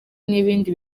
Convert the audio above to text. n’ibindi